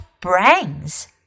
brains